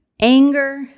anger